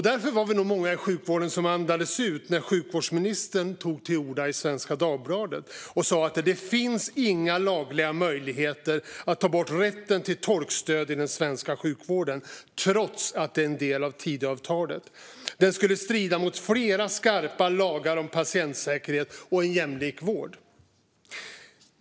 Därför var vi många i sjukvården som andades ut när sjukvårdsministern tog till orda i Svenska Dagbladet, där hon sa att det inte finns några lagliga möjligheter att ta bort rätten till tolkstöd i den svenska sjukvården, trots att frågan är en del av Tidöavtalet. Att ta bort rätten skulle strida mot flera skarpa lagar om patientsäkerhet och en jämlik vård.